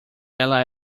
ela